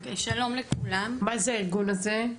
מה הארגון הזה?